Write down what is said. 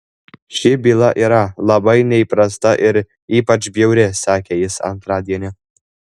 ši byla yra labai neįprasta ir ypač bjauri sakė jis antradienį